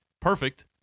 perfect